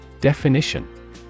Definition